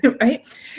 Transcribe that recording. Right